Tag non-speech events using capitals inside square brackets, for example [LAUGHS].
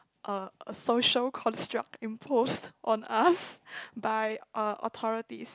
a a social construct imposed on us [LAUGHS] by uh authorities